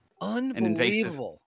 Unbelievable